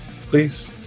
please